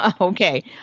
Okay